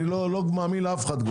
לא מאמין לאף אחד.